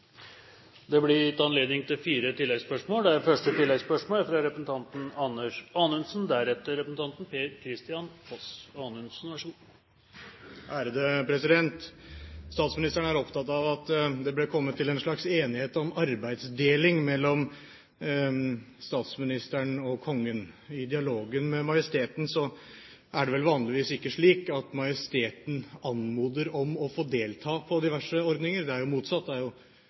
Det blir fire oppfølgingsspørsmål – først Anders Anundsen. Statsministeren er opptatt av at det ble kommet til en slags enighet om arbeidsdeling mellom statsministeren og kongen. I dialogen med majesteten er det vel vanligvis ikke slik at majesteten anmoder om å få delta på diverse ordninger. Det er jo motsatt; det er jo